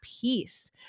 peace